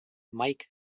mike